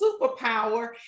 superpower